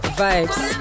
vibes